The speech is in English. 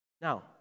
Now